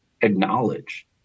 acknowledge